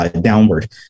Downward